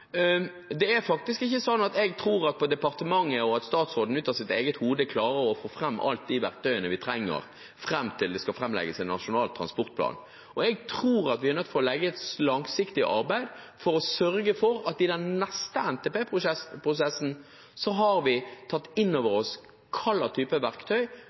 faktisk ikke at departementet og statsråden ut av sitt eget hode klarer å få fram alle de verktøyene vi trenger, fram til det skal legges fram en nasjonal transportplan. Jeg tror at vi er nødt til å legge ned et langsiktig arbeid for å sørge for at vi i den neste NTP-prosessen har tatt inn over oss hvilke typer verktøy